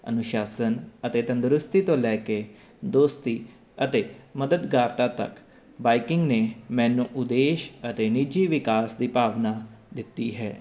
ਅਨੁਸ਼ਾਸਨ ਅਤੇ ਤੰਦਰੁਸਤੀ ਤੋਂ ਲੈ ਕੇ ਦੋਸਤੀ ਅਤੇ ਮਦਦਗਾਰਤਾ ਤੱਕ ਬਾਈਕਿੰਗ ਨੇ ਮੈਨੂੰ ਉਦੇਸ਼ ਅਤੇ ਨਿੱਜੀ ਵਿਕਾਸ ਦੀ ਭਾਵਨਾ ਦਿੱਤੀ ਹੈ